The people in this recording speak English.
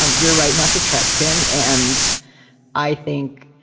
um you're right not to trust him. and i think,